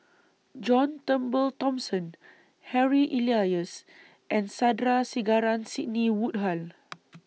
John Turnbull Thomson Harry Elias and Sandrasegaran Sidney Woodhull